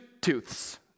tooths